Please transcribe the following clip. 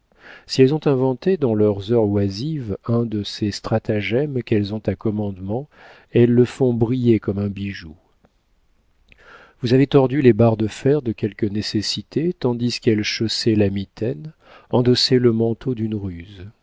si elles ont inventé dans leurs heures oisives un de ces stratagèmes qu'elles ont à commandement elles le font briller comme un bijou vous avez tordu les barres de fer de quelque nécessité tandis qu'elles chaussaient la mitaine endossaient le manteau d'une ruse